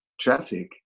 traffic